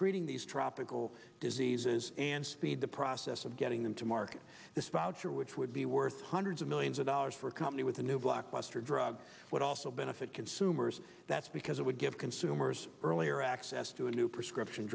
treating these tropical diseases and speed the process of getting them to market their spouse or which would be worth hundreds of millions of dollars for a company with a new blockbuster drug would also benefit consumers that's because it would give consumers earlier access to a new prescription